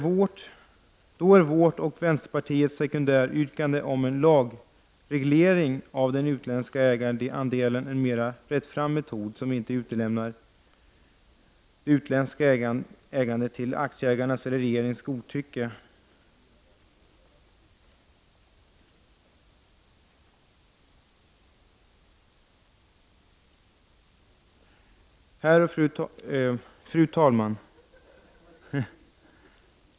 Då är vårt och vänsterpartiets sekundäryrkande om en lagreglering av den utländska ägarandelen en mera rättfram metod som inte utlämnar det utländska ägandet till aktieägarnas eller regeringens godtycke. Fru talman!